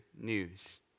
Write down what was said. news